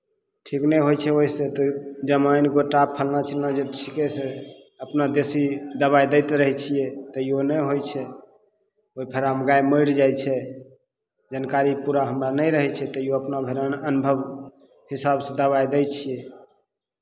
ठीक नहि होइ छै ओहिसँ तऽ जमाइन गोटा फल्लाँ चिल्लाँ जे छिकै से अपना देशी दबाइ दैत रहै छियै तैयो नहि होइ छै ओहि फेरामे गाय मरि जाइ छै जानकारी पूरा हमरा नहि रहै छै तैयो अपना भरि अन अनुभव हिसाबसँ दबाइ दै छियै